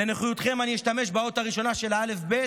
לנוחיותכם אשתמש באות הראשונה של האל"ף-בי"ת,